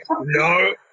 no